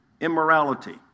Immorality